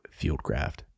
FIELDCRAFT